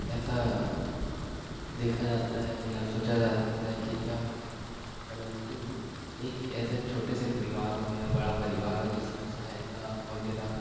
ऐसा देखा जाता है या सोचा जा सकता है कि क्या होगा परंतु एक ऐसे छोटे से परिवार हो या बड़ा परिवार हो जिसको सहायता वग़ैरा